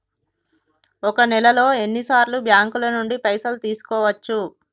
ఒక నెలలో ఎన్ని సార్లు బ్యాంకుల నుండి పైసలు తీసుకోవచ్చు?